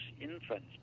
infants